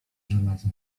żelaza